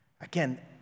Again